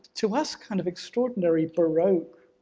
to us, kind of extraordinary baroque